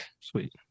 Sweet